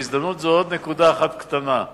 בהזדמנות זו, עוד נקודה אחת קטנה.